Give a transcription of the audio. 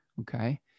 okay